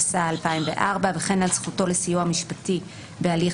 תשס"ה-2004 וכן על זכותו לסיוע משפטי בהליך